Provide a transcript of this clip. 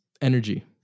energy